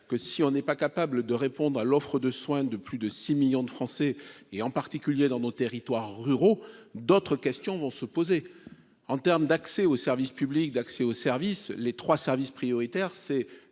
que si on n'est pas capable de répondre à l'offre de soins, de plus de 6 millions de Français et en particulier dans nos territoires ruraux d'autres questions vont se poser en termes d'accès au service public d'accès aux services les 3 services prioritaire, c'est